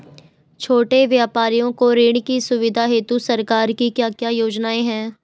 छोटे व्यापारियों को ऋण की सुविधा हेतु सरकार की क्या क्या योजनाएँ हैं?